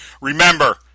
Remember